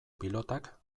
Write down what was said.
pilotak